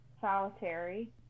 solitary